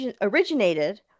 originated